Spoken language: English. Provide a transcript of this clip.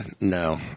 no